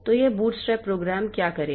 तो यह bootstrap program क्या करेगा